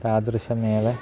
तादृशमेव